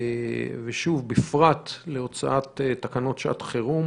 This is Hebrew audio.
ושוב בפרט לגבי הוצאת תקנות שעת חירום